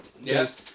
Yes